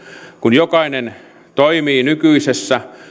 kun jokainen toimii nykyisessä